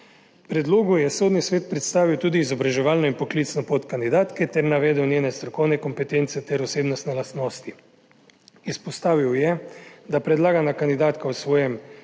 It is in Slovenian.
predlogu je Sodni svet predstavil tudi izobraževalno in poklicno pot kandidatke ter navedel njene strokovne kompetence ter osebnostne lastnosti. Izpostavil je, da predlagana kandidatka v svojem